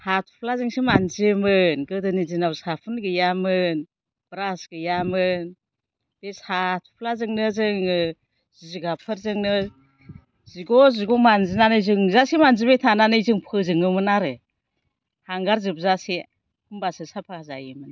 हाथ'फ्लाजोंसो मानजियोमोन गोदोनि दिनाव साफोन गैयामोन ब्रास गैयामोन बे हाथ'फ्ला जोंनो जोङो जिगाबफोरजोंनो जिग' जिग' मानजिनानै जोंजासे मानजिबाय थानानै जों फोजोङोमोन आरो हांगार जोबजासे होमबासो साफा जायोमोन